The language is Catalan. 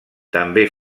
també